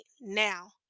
now